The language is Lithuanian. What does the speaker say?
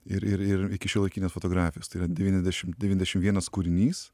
ir ir ir iki šiuolaikinės fotografijos tai yra devyniasdešim devyniasdešim vienas kūrinys